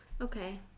Okay